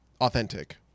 authentic